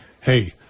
Hey